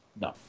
no